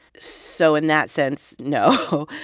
so in that sense, no.